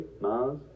Mars